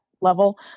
level